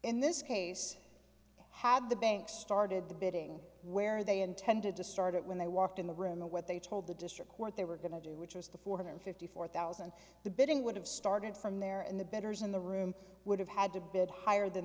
in this case have the banks started the bidding where they intended to start it when they walked in the room and what they told the district court they were going to do which was the four hundred fifty four thousand and the bidding would have started from there and the betters in the room would have had to bid higher than